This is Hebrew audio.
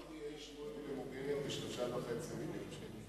בשביל "אאודי 8A" ממוגנת ב-3.5 מיליוני שקלים.